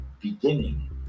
Beginning